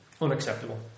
unacceptable